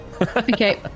Okay